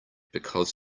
because